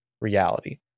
reality